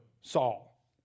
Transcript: Saul